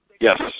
Yes